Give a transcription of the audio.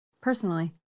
personally